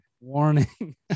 warning